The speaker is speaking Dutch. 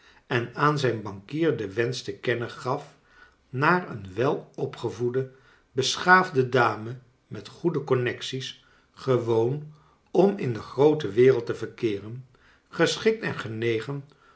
en aan zijn bankier den wensch te kennen gaf naar een welopgevoecle beschaafde dame met goede connexies gewoon om in de groote wereld te verkeeren geschikt en genegen